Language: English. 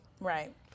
Right